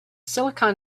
silicon